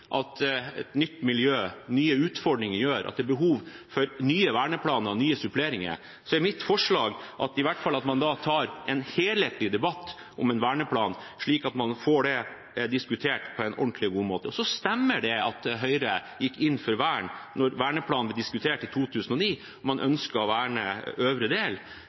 at et nytt miljø og nye utfordringer gjør at det er behov for nye verneplaner, nye suppleringer, er mitt forslag at man i hvert fall tar en helhetlig debatt om en verneplan slik at man får det diskutert på en ordentlig og god måte. Det stemmer at Høyre gikk inn for vern da verneplanen ble diskutert i 2009, man ønsket å verne øvre del.